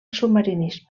submarinisme